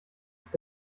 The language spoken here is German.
ist